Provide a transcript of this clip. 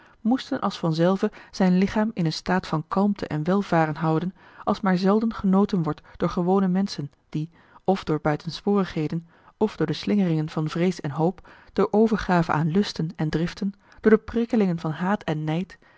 moesten als vanzelve zijn lichaam in een staat van kalmte en welvaren houden als maar zelden genoten wordt door gewone menschen die of door buitensporigheden of door de slingeringen van vrees en hoop door overgave aan lusten en driften door de prikkelen van haat en nijd